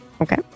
Okay